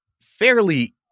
fairly